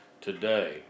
Today